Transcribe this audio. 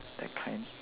that kind